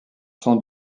sont